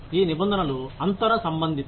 ఈ నిబంధనలు అంతర సంబంధితo